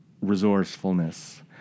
resourcefulness